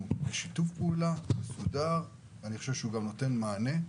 אנחנו עובדים בשיתוף פעולה מסודר ואני חושב שהוא גם נותן מענה.